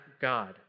God